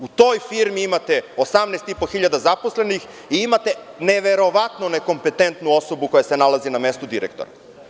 U toj firmi imate 18.500 zaposlenih i imate neverovatno kompetentnu osobu koja se nalazi na mestu direktora.